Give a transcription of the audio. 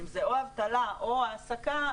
אם זה אבטלה או העסקה,